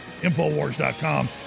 Infowars.com